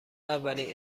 اولین